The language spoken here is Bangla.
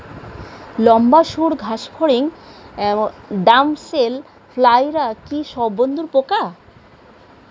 লম্বা সুড় ঘাসফড়িং ড্যামসেল ফ্লাইরা কি সব বন্ধুর পোকা?